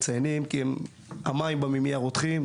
הם מציינים שהמים במימייה רותחים,